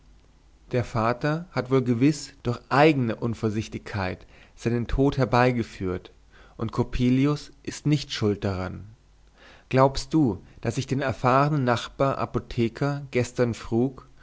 der vater hat wohl gewiß durch eigne unvorsichtigkeit seinen tod herbeigeführt und coppelius ist nicht schuld daran glaubst du daß ich den erfahrnen nachbar apotheker gestern frug